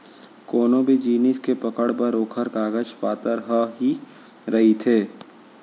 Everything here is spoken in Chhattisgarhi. कोनो भी जिनिस के पकड़ बर ओखर कागज पातर ह ही रहिथे